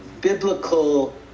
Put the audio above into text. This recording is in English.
biblical